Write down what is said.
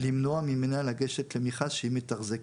לגשת למכרז שהיא מתחזקת.